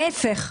ההיפך.